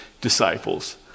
disciples